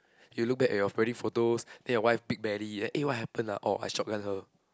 you look back at your wedding photos then your wife big belly then eh what happen ah orh I shotgun her